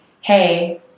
hey